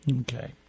Okay